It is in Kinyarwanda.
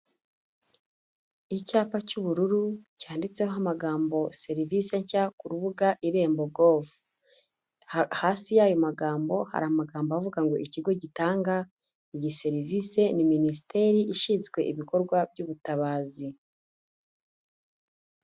Icyapa cy'ubururu cyanditseho amagambo serivisi nshya ku rubuga Irembo govu, hasi y'ayo magambo hari amagambo avuga ngo ikigo gitanga izi serivisi ni minisiteri ishinzwe ibikorwa by'ubutabazi.